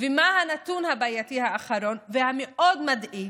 מה הנתון הבעייתי האחרון והמאוד-מדאיג?